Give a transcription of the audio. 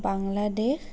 Bangladesh